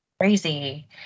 Crazy